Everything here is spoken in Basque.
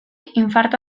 infarto